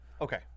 Okay